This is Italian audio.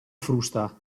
frusta